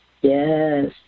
Yes